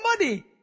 money